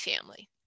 family